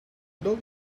dog